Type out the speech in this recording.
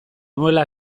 nuela